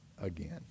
again